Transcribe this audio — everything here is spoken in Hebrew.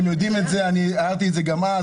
אתם יודעים את זה, הערתי את זה גם אז.